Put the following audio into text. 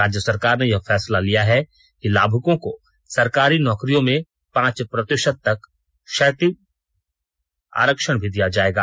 राज्य सरकार ने यह फैसला लिया है कि लाभुकों को सरकारी नौकरियों में पांच प्रतिशत तक का क्षैतिज आरक्षण भी दिया जाएगा